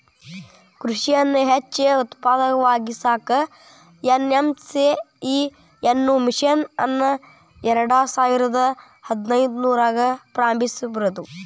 ಕೃಷಿಯನ್ನ ಹೆಚ್ಚ ಉತ್ಪಾದಕವಾಗಿಸಾಕ ಎನ್.ಎಂ.ಎಸ್.ಎ ಅನ್ನೋ ಮಿಷನ್ ಅನ್ನ ಎರ್ಡಸಾವಿರದ ಹದಿನೈದ್ರಾಗ ಪ್ರಾರಂಭಿಸಿದ್ರು